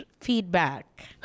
feedback